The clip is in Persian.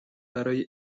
برای